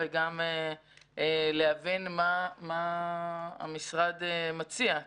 וגם להבין מה המשרד מציע.